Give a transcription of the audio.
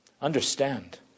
understand